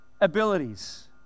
abilities